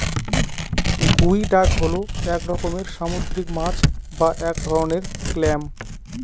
গুই ডাক হল এক রকমের সামুদ্রিক মাছ বা এক ধরনের ক্ল্যাম